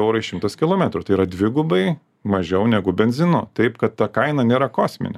eurai šimtas kilometrų tai yra dvigubai mažiau negu benzinu taip kad ta kaina nėra kosminė